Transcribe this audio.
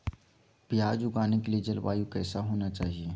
प्याज उगाने के लिए जलवायु कैसा होना चाहिए?